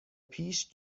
پیش